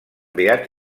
beat